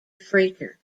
freighter